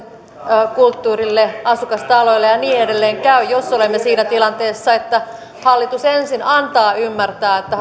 lastenkulttuurille asukastaloille ja niin edelleen käy jos olemme siinä tilanteessa että hallitus ensin antaa ymmärtää